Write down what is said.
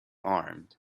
armed